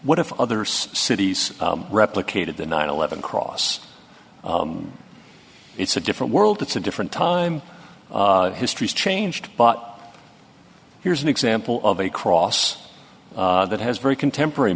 what if other cities replicated the nine eleven across it's a different world it's a different time history has changed but here's an example of a cross that has very contemporary